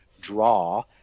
draw